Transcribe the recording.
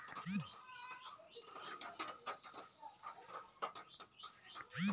समाजेर सुरक्षा से समाजत कोई भी अराजकता ना फैले